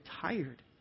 tired